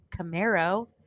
Camaro